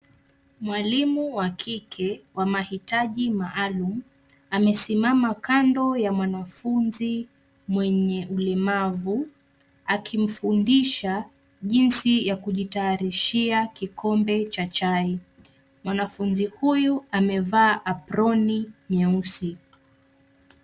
Mwalimu wa kike wa mahitaji maalum, amesimama kando ya mwanafunzi mwenye ulemavu akimfundisha jinsi ya kujitayarishia kikombe cha chai. Mwanafunzi huyu amevaa aproni nyeusi.